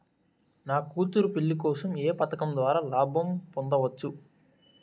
నా కూతురు పెళ్లి కోసం ఏ పథకం ద్వారా లాభం పొందవచ్చు?